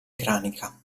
cranica